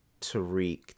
Tariq